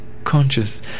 conscious